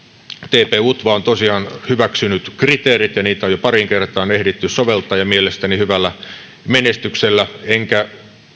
tp utva on tosiaan hyväksynyt kriteerit ja niitä on jo pariin kertaan ehditty soveltaa ja mielestäni hyvällä menestyksellä enkä